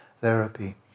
therapy